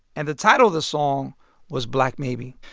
and the title of the song was black maybe.